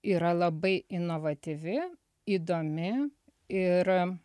yra labai inovatyvi įdomi ir